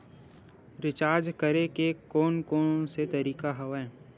Recharge करे के कोन कोन से तरीका हवय?